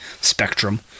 spectrum